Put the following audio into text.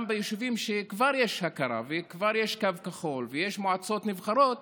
גם ביישובים שכבר יש הכרה בהם וכבר יש קו כחול ויש מועצות נבחרות